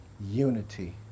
unity